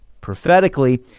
Prophetically